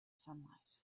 sunlight